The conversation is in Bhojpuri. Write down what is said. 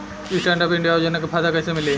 स्टैंडअप इंडिया योजना के फायदा कैसे मिली?